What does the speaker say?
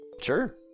Sure